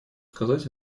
сказать